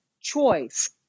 choice